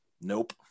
Nope